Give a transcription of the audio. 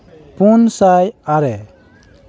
ᱯᱳᱱ ᱥᱟᱭ ᱟᱨᱮ